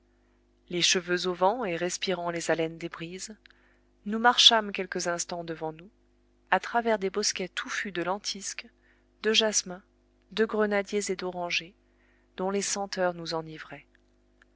les cheveux au vent et respirant les haleines des brises nous marchâmes quelques instants devant nous à travers des bosquets touffus de lentisques de jasmins de grenadiers et d'orangers dont les senteurs nous enivraient